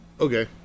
Okay